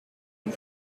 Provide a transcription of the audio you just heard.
and